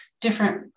different